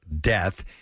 death